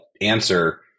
answer